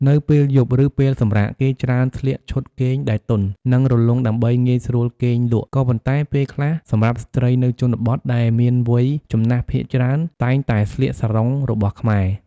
នៅពេលយប់ ឬពេលសម្រាក គេច្រើនស្លៀកឈុតគេងដែលទន់ និងរលុងដើម្បីងាយស្រួលគេងលក់ ក៏ប៉ុន្តែពេលខ្លះសម្រាប់ស្ត្រីនៅជនបទដែលមានវ័យចំណាស់ភាគច្រើនតែងតែស្លៀកសារ៉ុងរបស់ខ្មែរ។